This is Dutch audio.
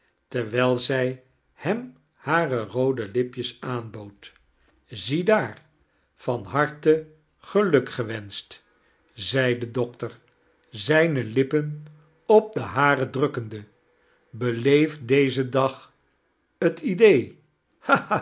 terwijl zij hem hare roode lipjes aanbood ziedaar van harte geluk gekerstvertellingen wenscht zei de doctor zijne lippen op de hare drukkende beleef dezen dag t idee